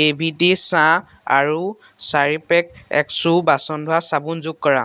এ V T চাহ আৰু চাৰি পেক এক্সো বাচন ধোৱা চাবোন যোগ কৰা